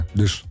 dus